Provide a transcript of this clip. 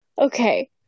okay